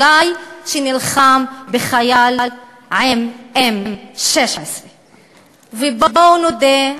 שנלחם אולי בחייל עם 16M-. בואו נודה,